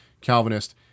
Calvinist